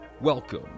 Welcome